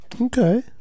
Okay